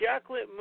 chocolate